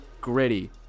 Gritty